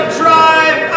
drive